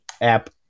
app